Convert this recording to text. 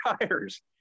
tires